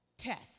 test